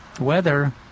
weather